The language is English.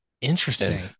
Interesting